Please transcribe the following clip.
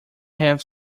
have